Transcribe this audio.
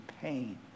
pain